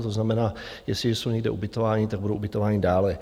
To znamená, jestliže jsou někde ubytování, budou ubytováni dále.